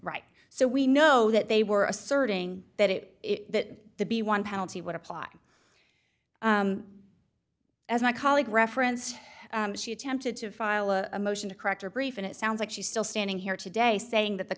right so we know that they were asserting that it that the b one penalty would apply as my colleague referenced she attempted to file a motion to correct her brief and it sounds like she's still standing here today saying that the